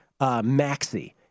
Maxi